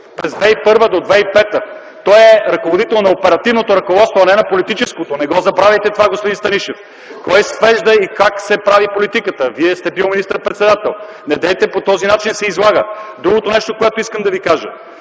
от 2001 г. до 2005 г. Той е ръководител на оперативното ръководство, а не на политическото. Не забравяйте това, господин Станишев! Кой свежда и как се прави политика? Вие сте бил министър-председател. Недейте се излага по този начин. Друго нещо, което искам да кажа.